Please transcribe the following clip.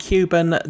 Cuban